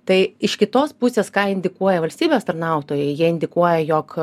tai iš kitos pusės ką indikuoja valstybės tarnautojai jie indikuoja jog